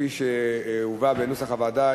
כפי שהובא בנוסח הוועדה,